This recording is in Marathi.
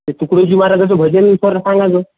ते तुकडोजी महाराजांचं भजन सर सांगायचं